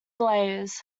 layers